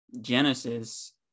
Genesis